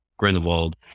Grindelwald